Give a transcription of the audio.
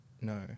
no